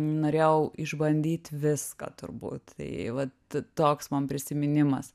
norėjau išbandyt viską turbūt tai vat toks man prisiminimas